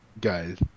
guys